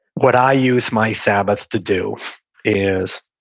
what i use my sabbath to do is,